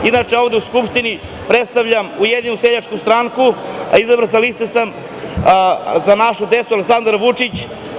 Inače, ovde u Skupštini predstavljam Ujedinjenu seljačku stranku, izabran sam sa liste Za našu decu – Aleksandar Vučić.